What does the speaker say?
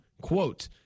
Quote